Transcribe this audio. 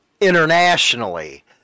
internationally